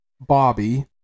Bobby